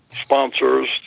sponsors